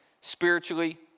spiritually